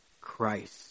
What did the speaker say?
Christ